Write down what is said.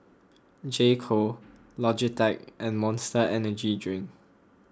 J Co Logitech and Monster Energy Drink